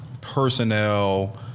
personnel